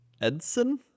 Edson